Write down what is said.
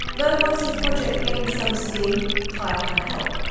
though once the project gained some steam, kyle had help.